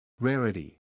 Rarity